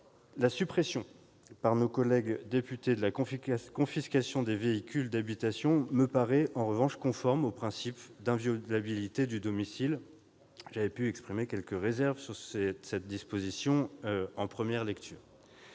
La suppression par nos collègues députés de la confiscation des véhicules d'habitation me paraît conforme au principe d'inviolabilité du domicile. J'avais exprimé mes réserves sur cette disposition en première lecture.